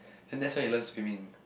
and that's where you learn swimming